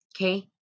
Okay